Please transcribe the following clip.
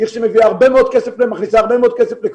עיר שמביאה הרבה מאוד כסף ומכניסה הרבה מאוד כסף